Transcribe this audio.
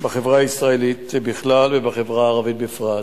הישראלית בכלל ובחברה הערבית בפרט,